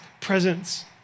presence